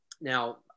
now